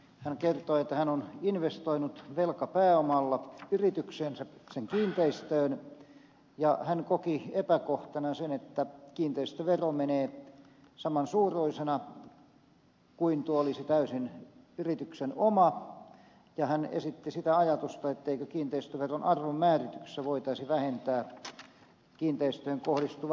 hän kertoi että hän on investoinut velkapääomalla yritykseensä sen kiinteistöön ja hän koki epäkohtana sen että kiinteistövero menee saman suuruisena kuin silloin jos tuo olisi täysin yrityksen oma ja hän esitti sitä ajatusta etteikö kiinteistöveron arvon määrityksessä voitaisi vähentää kiinteistöön kohdistuva velka